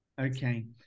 Okay